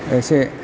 एसे